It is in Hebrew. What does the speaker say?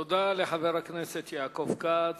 תודה לחבר הכנסת יעקב כץ.